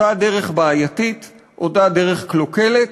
אותה דרך בעייתית, אותה דרך קלוקלת,